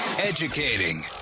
Educating